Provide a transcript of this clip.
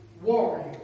Warriors